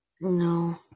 No